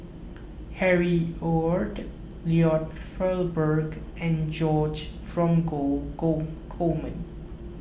Harry Ord Lloyd Valberg and George Dromgold Coleman